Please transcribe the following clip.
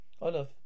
Olaf